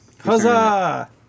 Huzzah